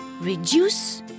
reduce